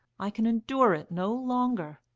i can endure it no longer.